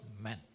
men